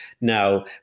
Now